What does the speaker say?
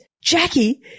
Jackie